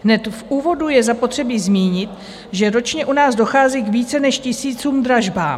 Hned v úvodu je zapotřebí zmínit, že ročně u nás dochází k více než tisícům dražbám.